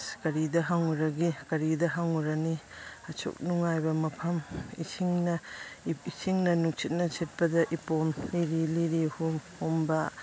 ꯏꯁ ꯀꯔꯤꯗ ꯍꯪꯉꯨꯔꯒꯦ ꯀꯔꯤꯗ ꯍꯪꯉꯨꯔꯅꯤ ꯑꯁꯨꯛ ꯅꯨꯡꯉꯥꯏꯕ ꯃꯐꯝ ꯏꯁꯤꯡꯅ ꯏꯁꯤꯡꯅ ꯅꯨꯡꯁꯤꯠꯅ ꯁꯤꯠꯄꯗ ꯏꯄꯣꯝ ꯂꯤꯔꯤ ꯂꯤꯔꯤ ꯍꯨꯝꯕ